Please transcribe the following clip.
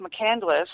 McCandless